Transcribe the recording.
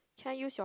can I use your